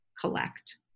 collect